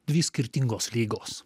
dvi skirtingos lygos